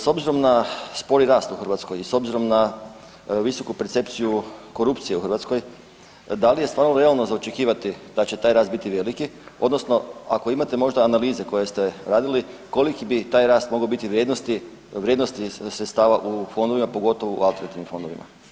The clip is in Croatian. S obzirom na spori rast u Hrvatskoj i s obzirom na visoku percepcije korupcije u Hrvatskoj, da li je stvarno realno za očekivati da će taj rast biti veliki odnosno ako imate možda analize koje ste radili koliki bi taj rast mogao biti vrijednosti sredstava u fondovima, pogotovo u alternativnim fondovima?